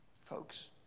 Folks